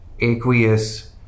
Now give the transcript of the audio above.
aqueous